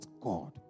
God